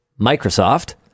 Microsoft